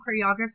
choreography